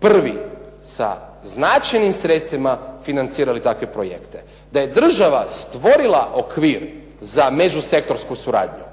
prvi sa značajnim sredstvima financirali takve projekte. Da je država stvorila okvir za međusektorsku suradnju